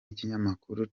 ikinyamakuru